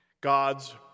God's